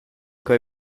quei